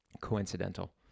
coincidental